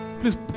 please